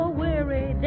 weary